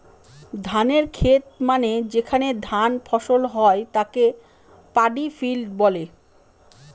ধানের খেত মানে যেখানে ধান ফসল হয় তাকে পাডি ফিল্ড বলে